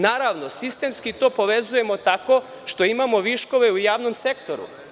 Naravno, sistemski to povezujemo tako što imamo viškove u javnom sektoru.